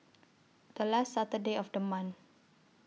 The last Saturday of The month